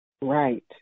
Right